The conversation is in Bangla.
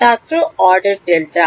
ছাত্র অর্ডার ডেল্টা